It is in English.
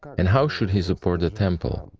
and how should he support the temple?